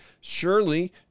Surely